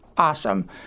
Awesome